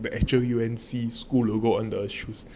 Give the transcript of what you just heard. the actual U and C school logo on the shoes